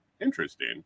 interesting